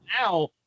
now